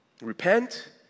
Repent